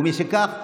ומשכך,